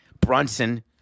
Brunson